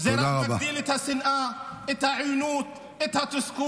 זה רק מגביר את השנאה, את העוינות, את התסכול.